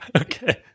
Okay